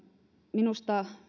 minusta